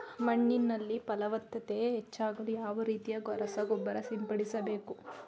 ಮಣ್ಣಿನಲ್ಲಿ ಫಲವತ್ತತೆ ಹೆಚ್ಚಾಗಲು ಯಾವ ರೀತಿಯ ರಸಗೊಬ್ಬರ ಸಿಂಪಡಿಸಬೇಕು?